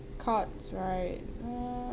cards right uh